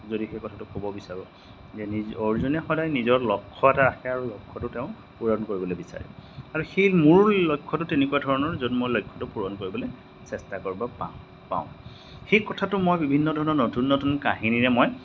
যদি সেই কথাটো ক'ব বিচাৰোঁ যে নিজ অৰ্জনে সদায় নিজৰ লক্ষ্য এটা ৰাখে আৰু লক্ষ্যটো তেওঁ পূৰণ কৰিবলৈ বিচাৰে আৰু সেই মোৰ লক্ষ্যটো তেনেকুৱা ধৰণৰ য'ত মই লক্ষ্যটো পূৰণ কৰিবলৈ চেষ্টা কৰোঁ বা পাওঁ পাওঁ সেই কথাটো মই বিভিন্ন ধৰণৰ নতুন নতুন কাহিনীৰে মই